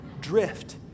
drift